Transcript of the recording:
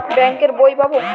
Bank এর বই পাবো?